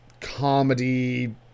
comedy